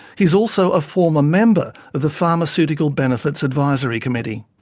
he's also a former member of the pharmaceutical benefits advisory committee.